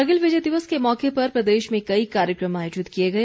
कारगिल विजय दिवस के मौके पर प्रदेश में कई कार्यक्रम आयोजित किए गए